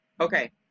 Okay